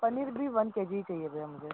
पनीर भी one KG ही चाहिए भैया मुझे